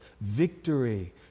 victory